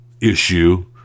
issue